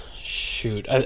Shoot